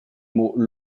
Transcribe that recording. mot